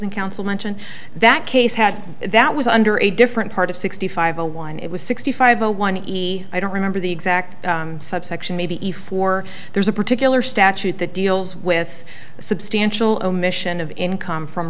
posing counsel mention that case had that was under a different part of sixty five a one it was sixty five or one i don't remember the exact subsection maybe efore there's a particular statute that deals with a substantial omission of income from